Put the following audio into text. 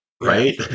right